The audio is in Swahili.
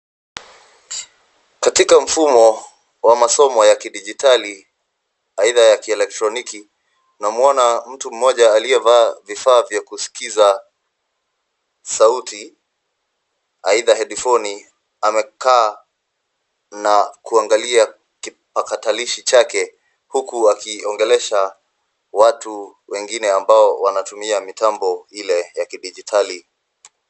Katika mfumo wa masomo ya kidijitali aidha ya kielektroniki tunamwona mtu moja aliyevaa vifaa vya kuskiza aidha headphoni amekaa na kuangalia kipatakalishi chake huku akiongelesha watu wengine ambao wanatumia mitambo ile ya kidijitali.